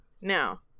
Now